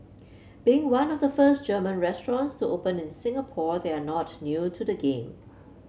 being one of the first German restaurants to open in Singapore they are not new to the game